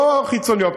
לא חיצוניות,